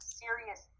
serious